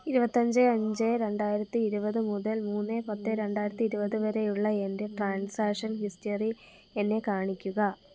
ഇരുപത്തിയഞ്ച് അഞ്ച് രണ്ടായിരത്തി ഇരുപത് മുതൽ മൂന്ന് പത്ത് രണ്ടായിരത്തി ഇരുപത് വരെയുള്ള എൻ്റെ ട്രാൻസാക്ഷൻ ഹിസ്റ്ററി എന്നെ കാണിക്കുക